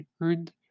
earned